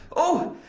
oh.